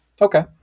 Okay